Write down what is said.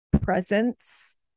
presence